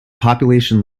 population